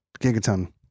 Gigaton